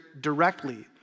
directly